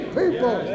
people